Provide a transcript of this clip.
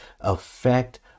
affect